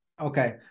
Okay